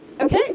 Okay